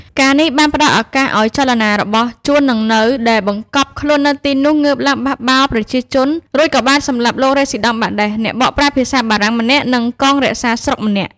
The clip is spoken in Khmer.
ការណ៍នេះបានផ្ដល់ឱកាសឱ្យចលនារបស់ជួន និងនៅដែលបង្កប់ខ្លួននៅទីនោះងើបឡើងបំបះបំបោរប្រជាជន រួចក៏បានសម្លាប់លោករេស៊ីដង់បាដេស អ្នកបកប្រែភាសាបារាំងម្នាក់ និងកងរក្សាស្រុកម្នាក់។